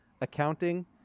accounting